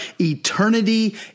eternity